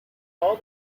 all